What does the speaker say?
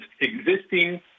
existing